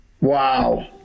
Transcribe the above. Wow